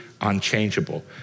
unchangeable